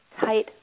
tight